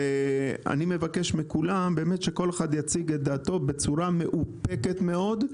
ואני מבקש מכולם באמת שכל אחד יציג את דעתו בצורה מאופקת מאוד,